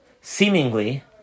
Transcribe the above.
seemingly